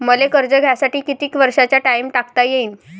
मले कर्ज घ्यासाठी कितीक वर्षाचा टाइम टाकता येईन?